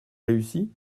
réussi